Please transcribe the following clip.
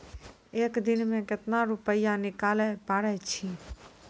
एक दिन मे केतना रुपैया निकाले पारै छी?